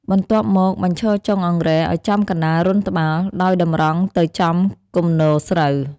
បន្ទាប់មក បញ្ឈរចុងអង្រែឱ្យចំកណ្តាលរន្ធត្បាល់ ដោយតម្រង់ទៅចំគំនរស្រូវ។